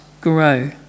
grow